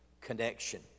connection